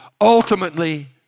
Ultimately